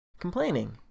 complaining